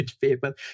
paper